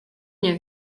nie